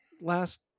last